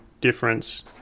difference